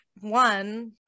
one